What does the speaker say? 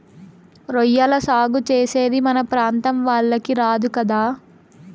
రొయ్యల సాగు చేసేది మన ప్రాంతం వాళ్లకి రాదు కదా